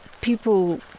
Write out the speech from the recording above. people